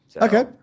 okay